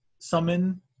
summon